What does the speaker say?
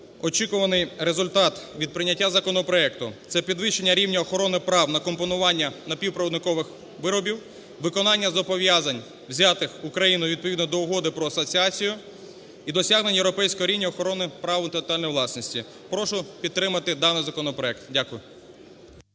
Очікуваний результат від прийняття законопроекту – це підвищення рівня охорони прав на компонування напівпровідникових виробів, виконання зобов'язань взятих Україною відповідно до Угоди про асоціацію і досягнень європейського рівня охорони прав інтелектуальної власності. Прошу підтримати даний законопроект. Дякую.